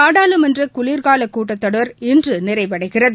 நாடாளுமன்ற குளிர்கால கூட்டத்தொடர் இன்று நிறைவடைகிறது